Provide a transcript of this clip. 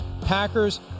Packers